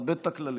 תכבד את הכללים.